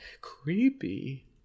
Creepy